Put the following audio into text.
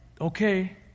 okay